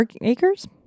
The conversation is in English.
Acres